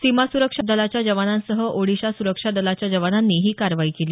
सीमा सुरक्षा दलाच्या जवानासंह ओडिशा सुरक्षा दलाच्या जवानांनी ही कारवाई केली